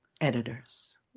editors